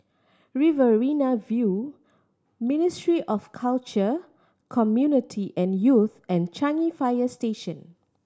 Riverina View Ministry of Culture Community and Youth and Changi Fire Station